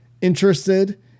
interested